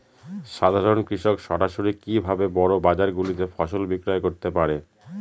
সাধারন কৃষক সরাসরি কি ভাবে বড় বাজার গুলিতে ফসল বিক্রয় করতে পারে?